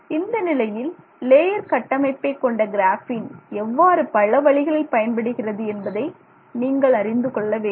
இந்தநிலையில் லேயர் கட்டமைப்பை கொண்ட கிராபின் எவ்வாறு பல வழிகளில் பயன்படுகிறது என்பதை நீங்கள் அறிந்து கொள்ள வேண்டும்